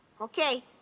Okay